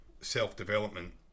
self-development